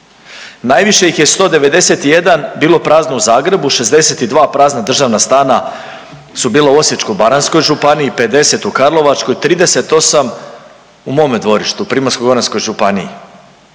Najviše ih je 191 bilo prazno u Zagrebu, 62 prazna državna stana su bila u Osječko-baranjskoj županiji, 50 u Karlovačkoj, 38 u mome dvorištu, u Primorsko-goranskoj županiji